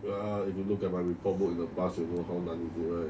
ya if you look at my report book in the past you'll know how 难 is it right